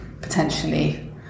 potentially